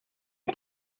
und